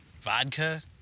vodka